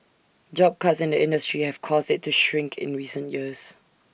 job cuts in the industry have caused IT to shrink in recent years